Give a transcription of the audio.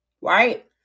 right